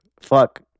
Fuck